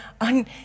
on